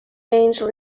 angel